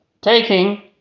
taking